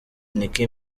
nicki